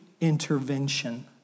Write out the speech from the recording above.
intervention